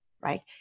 right